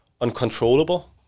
uncontrollable